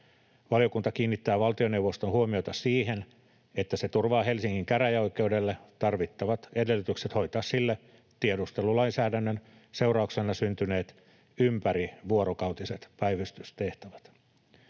Valiokunta kiinnittää valtioneuvoston huomiota siihen, että se turvaa Helsingin käräjäoikeudelle tarvittavat edellytykset hoitaa sille tiedustelulainsäädännön seurauksena syntyneet ympärivuorokautiset päivystystehtävät.